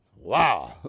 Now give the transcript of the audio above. wow